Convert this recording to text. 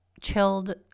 chilled